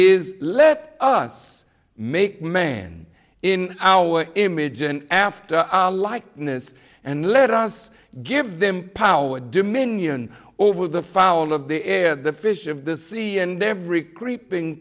is let us make man in our image and after likeness and let us give them power dominion over the fall of the air the fish of the sea and every creeping